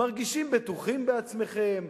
מרגישים בטוחים בעצמכם,